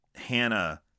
hannah